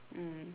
mm